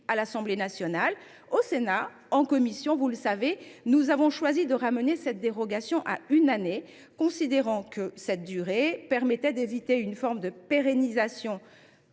l’Assemblée nationale. Au Sénat, en commission, nous avons choisi de ramener cette dérogation à une année, considérant que cette durée permettait d’éviter une forme de pérennisation